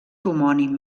homònim